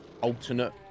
alternate